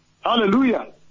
Hallelujah